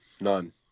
none